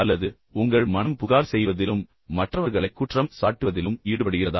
அல்லது உங்கள் மனம் புகார் செய்வதிலும் மற்றவர்களைக் குற்றம் சாட்டுவதிலும் ஈடுபடுகிறதா